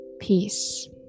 peace